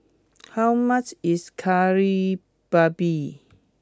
how much is Kari Babi